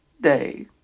day